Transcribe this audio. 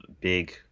big